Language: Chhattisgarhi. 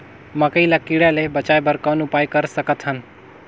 मकई ल कीड़ा ले बचाय बर कौन उपाय कर सकत हन?